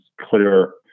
clear